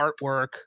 artwork